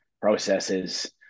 processes